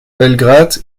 belgrad